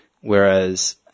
whereas